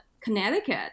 Connecticut